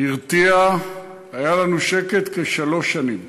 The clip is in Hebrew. הרתיע, היה לנו שקט כשלוש שנים.